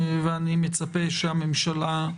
ואני מצפה שהממשלה,